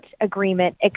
agreement